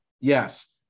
Yes